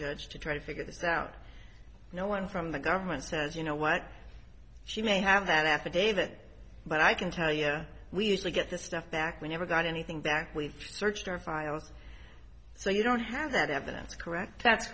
judge to try to figure this out no one from the government says you know what she may have that affidavit but i can tell you we usually get the stuff back we never got anything back we've searched our files so you don't have that evidence correct that's